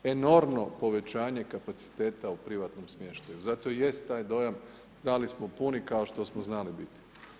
Enormno povećanje kapaciteta u privatnom smještaju, zato i jest taj dojam da li smo puni kao što smo znali biti.